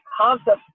concept